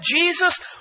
Jesus